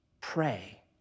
pray